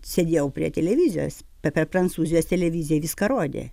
sėdėjau prie televizijos per prancūzijos televiziją viską rodė